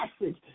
message